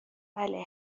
بله